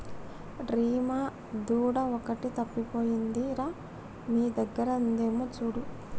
రీమా దూడ ఒకటి తప్పిపోయింది రా మీ దగ్గర ఉందేమో చూడు